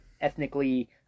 ethnically